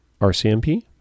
rcmp